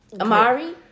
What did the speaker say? amari